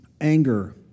anger